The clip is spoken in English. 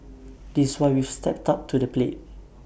this why we've stepped up to the plate